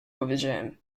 powiedziałem